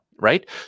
right